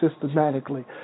systematically